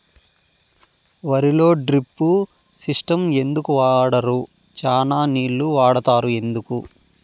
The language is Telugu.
వరిలో డ్రిప్ సిస్టం ఎందుకు వాడరు? చానా నీళ్లు వాడుతారు ఎందుకు?